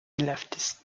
leftist